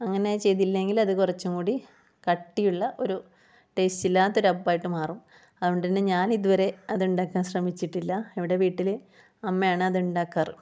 അങ്ങനെ ചെയ്തില്ലെങ്കിൽ അത് കുറച്ചും കൂടി കട്ടിയുള്ള ഒരു ടേസ്റ്റ് ഇല്ലാത്ത ഒരു അപ്പമായിട്ട് മാറും അതുകൊണ്ട് തന്നെ ഞാനിതുവരെ അതുണ്ടാക്കാൻ ശ്രമിച്ചിട്ടില്ല ഇവിടെ വീട്ടിൽ അമ്മയാണ് അത് ഉണ്ടാക്കാറ്